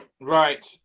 right